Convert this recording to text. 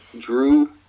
Drew